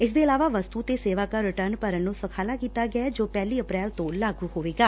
ਇਸ ਦੇ ਇਲਾਵਾ ਵਸਤੁ ਤੇ ਸੇਵਾ ਕਰ ਰਿਟਰਨ ਭਰਨ ਨੂੰ ਸੁਖਾਲਾ ਕੀਤਾ ਗਿਐ ਜੋ ਪਹਿਲੀ ਅਪ੍ਰੈਲ ਤੋਂ ਲਾਗੁ ਹੋਵੇਗਾ